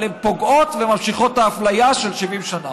אבל הן פוגעות וממשיכות את האפליה של 70 שנה.